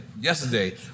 Yesterday